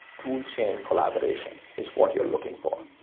tool chain collaboration is what you're looking for.